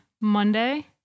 monday